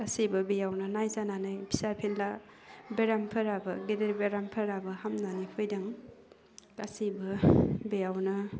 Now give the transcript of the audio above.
गासिबो बेयावनो नायजानानै फिसा फेनला बेरामफोराबो गिदिर बेरामफोराबो हामनानै फैदों गासिबो बेयावनो